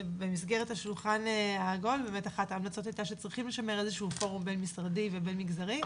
שצריך לשמר איזשהו פורום בין-משרדי ובין-מגזרי.